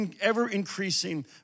ever-increasing